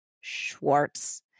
Schwartz